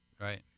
right